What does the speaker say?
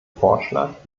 vorschlag